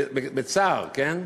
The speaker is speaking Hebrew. בצער, כן?